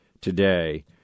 today